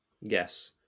Yes